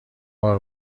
بار